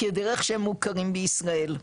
כדרך שהם מוכרים בישראל.